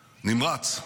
נמרץ,